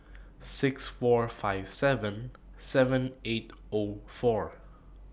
six four five seven seven eight O four